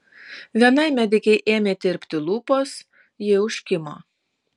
vienai medikei ėmė tirpti lūpos ji užkimo